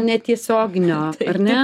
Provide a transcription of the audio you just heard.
netiesioginio ar ne